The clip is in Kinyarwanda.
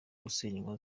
gusenywa